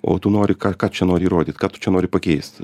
o tu nori ką ką čia nori įrodyt kad čia nori pakeist